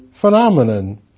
phenomenon